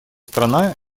страна